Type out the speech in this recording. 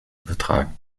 übertragen